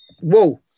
Whoa